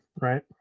right